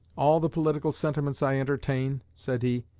all the political sentiments i entertain, said he,